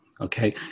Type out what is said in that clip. okay